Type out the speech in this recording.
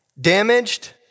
damaged